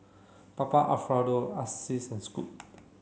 Papa Alfredo Asics and Scoot